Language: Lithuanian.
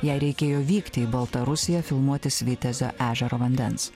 jai reikėjo vykti į baltarusiją filmuoti svitjazio ežero vandens